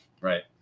Right